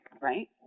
right